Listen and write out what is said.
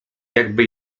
jakby